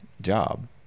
job